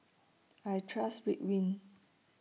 I Trust Ridwind